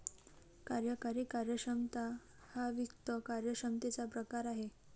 कार्यकारी कार्यक्षमता हा वित्त कार्यक्षमतेचा प्रकार आहे